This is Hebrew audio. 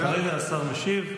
כרגע השר משיב.